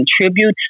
contribute